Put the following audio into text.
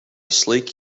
sleek